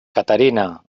caterina